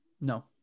No